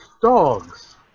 dogs